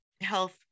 health